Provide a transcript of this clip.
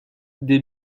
des